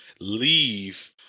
leave